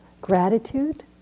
gratitude